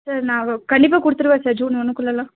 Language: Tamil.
சார் நான் வ கண்டிப்பாக கொடுத்துடுவேன் சார் ஜூன் ஒன்றுகுள்ளலாம்